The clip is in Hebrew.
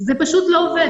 זה פשוט לא עובד.